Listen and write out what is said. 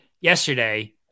yesterday